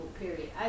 period